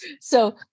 So-